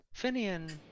Finian